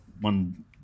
one